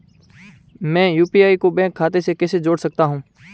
मैं यू.पी.आई को बैंक खाते से कैसे जोड़ सकता हूँ?